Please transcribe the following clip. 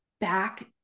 back